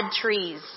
trees